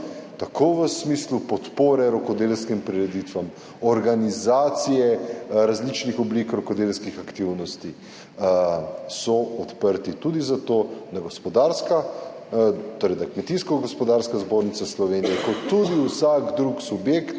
tako v smislu podpore rokodelskim prireditvam, organizacije različnih oblik rokodelskih aktivnosti, so odprti tudi za to, da Kmetijsko gozdarska zbornica Slovenije kot tudi vsak drug subjekt